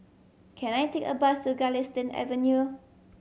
can I take a bus to Galistan Avenue